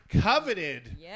coveted